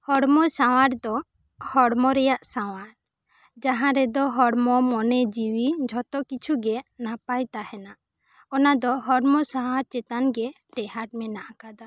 ᱦᱚᱲᱢᱚ ᱥᱟᱶᱟᱨ ᱫᱚ ᱦᱚᱲᱢᱚ ᱨᱮᱭᱟᱜ ᱥᱟᱶᱟᱨ ᱡᱟᱦᱟᱸ ᱨᱮᱫᱚ ᱦᱚᱲᱢᱚ ᱢᱚᱱᱮ ᱡᱤᱣᱤ ᱡᱷᱚᱛᱚ ᱠᱤᱪᱷᱩ ᱜᱮ ᱱᱟᱯᱟᱭ ᱛᱟᱦᱮᱱᱟ ᱚᱱᱟ ᱫᱚ ᱦᱚᱲᱢᱚ ᱥᱟᱶᱟᱨ ᱪᱮᱛᱟᱱ ᱜᱮ ᱴᱮᱦᱟᱴ ᱢᱮᱱᱟᱜ ᱟᱠᱟᱫᱟ